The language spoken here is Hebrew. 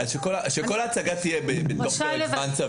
שכל ההצגה תהיה בתוך פרק זמן סביר.